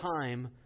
time